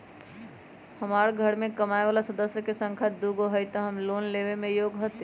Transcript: हमार घर मैं कमाए वाला सदस्य की संख्या दुगो हाई त हम लोन लेने में योग्य हती?